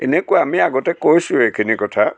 এনেকুৱা আমি আগতে কৈছোঁ এইখিনি কথা